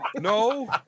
No